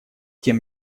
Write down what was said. тем